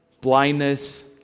blindness